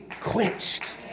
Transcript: quenched